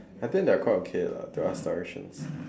I think they're quite okay lah to ask directions